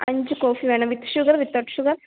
അഞ്ച് കോഫി വേണം with sugar without sugar